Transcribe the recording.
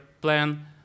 plan